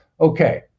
Okay